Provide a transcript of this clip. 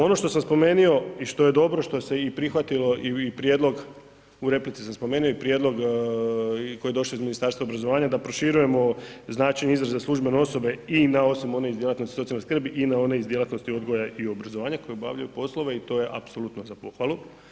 Ono što sam spomenuo i što je dobro i što se i prihvatilo i prijedlog u replici sam spomenuo i prijedlog koji je došao iz Ministarstva obrazovanja da proširujemo značenje izraza službene osobe i na osobe one iz djelatnosti socijalne skrbi i na one iz djelatnosti odgoja i obrazovanja koji obavljaju poslove i to je apsolutno za pohvalu.